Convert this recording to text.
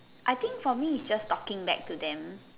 I think for me it's just talking back to them